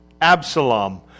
Absalom